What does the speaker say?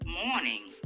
morning